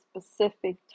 specific